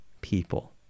people